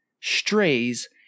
strays